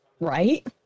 Right